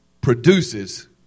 produces